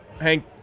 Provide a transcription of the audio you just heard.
Hank